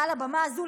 מעל הבמה הזו,